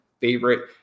favorite